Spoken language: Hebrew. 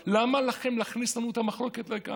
למה לכם להכניס לנו את המחלוקת לכאן?